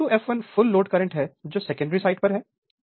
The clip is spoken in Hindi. तो I2 fl full load current है जो सेकेंडरी साइड पर है